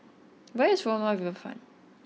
where is Furama Riverfront